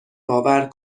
باور